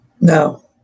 No